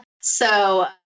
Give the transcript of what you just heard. so-